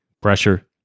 Pressure